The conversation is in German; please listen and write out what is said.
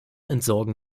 entsorgen